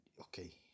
Okay